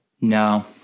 No